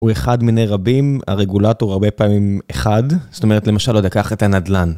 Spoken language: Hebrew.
הוא אחד מיני רבים, הרגולטור הרבה פעמים אחד, זאת אומרת למשל הוא יקח את הנדל"ן.